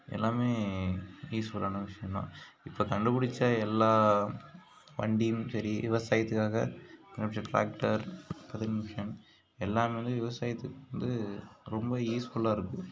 எல்லாமே யூஸ்ஃபுல்லான விஷயந்தான் இப்போ கண்டுபிடுச்ச எல்லா வண்டியும் சரி விவசாயத்துக்காக மற்றும் டிராக்டர் கதிர் மிஷின் எல்லாமே விவசாயத்துக்கு வந்து ரொம்ப யூஸ்ஃபுல்லாக இருக்குது